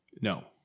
No